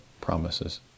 promises